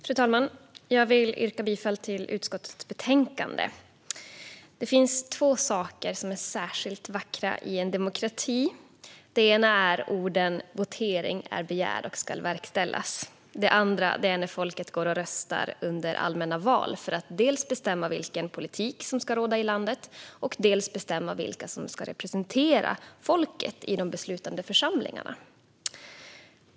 Fru talman! Jag vill yrka bifall till förslaget i utskottets betänkande. Det finns två saker som är särskilt vackra i en demokrati. Det ena är orden "votering är begärd och skall verkställas", och det andra är när folket går och röstar under allmänna val för att dels bestämma vilken politik som ska råda i landet, dels bestämma vilka människor som ska representera folket i de beslutande församlingarna.